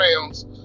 pounds